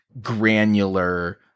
granular